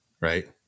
Right